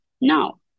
No